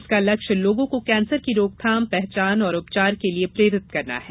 इसका लक्ष्य लोगों को कैंसर की रोकथाम पहचान और उपचार के लिए प्रेरित करना है